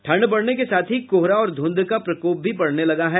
ठंढ बढ़ने के साथ ही कोहरा और धूंध का प्रकोप भी बढ़ने लगा है